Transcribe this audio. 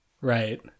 Right